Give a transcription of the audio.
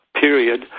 period